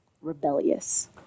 rebellious